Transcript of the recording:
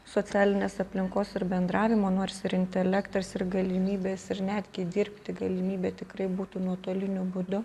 socialinės aplinkos ir bendravimo nors ir intelektas ir galimybės ir netgi dirbti galimybė tikrai būtų nuotoliniu būdu